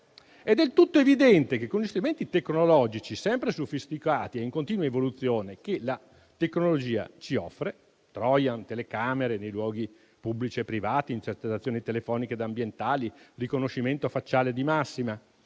È del tutto evidente che con gli strumenti tecnologici sempre più sofisticati e in continua evoluzione che la tecnologia ci offre, come *trojan,* telecamere nei luoghi pubblici e privati, intercettazioni telefoniche ed ambientali, riconoscimento facciale di massa